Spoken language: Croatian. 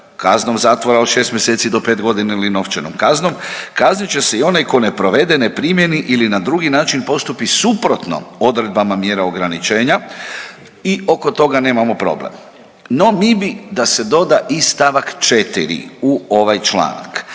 kaznom zatvora od šest mjeseci do pet godina ili novčanom kaznom kaznit će se i onaj ko ne provede, ne primjeni ili na drugi način postupi suprotno odredbama mjerama ograničenja i oko toga nemamo problem. No mi bi da se doda i st. 4. u ovaj članak.